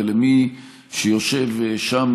ולמי שיושב שם,